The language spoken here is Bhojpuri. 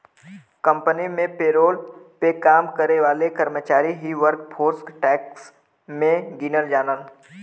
कंपनी में पेरोल पे काम करे वाले कर्मचारी ही वर्कफोर्स टैक्स में गिनल जालन